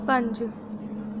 पंज